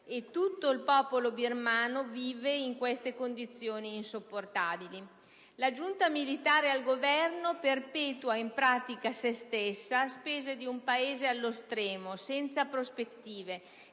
E tutto il popolo birmano vive in queste condizioni insopportabili. La giunta militare al governo perpetua, in pratica, se stessa a spese di un Paese allo stremo, senza prospettive,